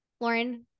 lauren